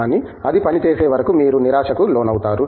కానీ అది పని చేసే వరకు మీరు నిరాశకు లోనవుతారు